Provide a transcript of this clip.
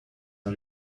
are